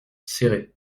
céret